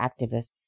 activists